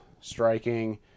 striking